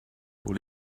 pour